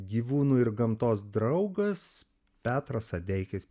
gyvūnų ir gamtos draugas petras adeikis